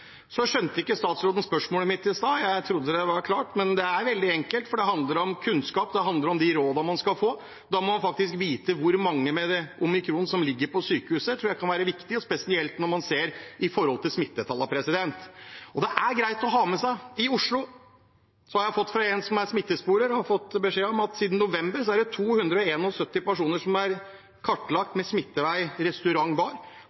Så skjønte ikke statsråden spørsmålet mitt i stad. Jeg trodde det var klart. Det er veldig enkelt, for det handler om kunnskap, det handler om de rådene man skal få. Da må man faktisk vite hvor mange med omikron som ligger på sykehus. Det tror jeg kan være viktig, og spesielt når man ser det i forhold til smittetallene. Det er greit å ha med seg at i Oslo – det har jeg fått fra en som er smittesporer – er det siden november 271 personer som er kartlagt med smittevei restaurant/bar, det er 5 000 med ukjent smittevei, det er 5 000 husstander, og det er